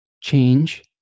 change